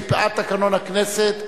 מפאת תקנון הכנסת,